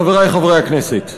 חברי חברי הכנסת,